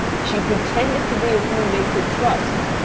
she pretended to be a woman they could trust,